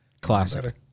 Classic